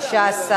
16,